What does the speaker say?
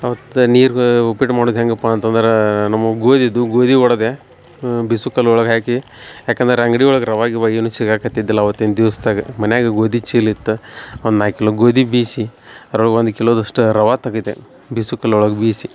ಅವತ್ತು ನೀರು ಉಪ್ಪಿಟ್ಟು ಮಾಡೋದ ಹೆಂಗಪ್ಪ ಅಂತಂದರ ನಮು ಗೋದಿ ಇದ್ವು ಗೋದಿ ಒಡದೆ ಬೀಸುಕಲ್ಲೋಳಗ ಹಾಕಿ ಯಾಕಂದರೆ ಅಂಗಡಿ ಒಳಗೆ ರವ ಗಿವ ಏನು ಸಿಗಾಕತ್ತಿದ್ದಿಲ್ಲ ಅವತ್ತಿಂದ ದಿವ್ಸ್ದಗ ಮನ್ಯಾಗ ಗೋದಿ ಚೀಲ ಇತ್ತು ಒಂದು ನಾಲ್ಕು ಕಿಲೋ ಗೋದಿ ಬೀಸಿ ಅರೊಳಗ ಒಂದು ಕಿಲೋದಷ್ಟ ರವಾ ತಗದೆ ಬೀಸುಕಲ್ಲೊಳಗ ಬೀಸಿ